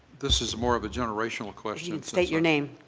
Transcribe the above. this is more of a generational question. state your name.